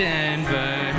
Denver